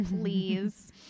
Please